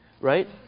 right